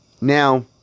Now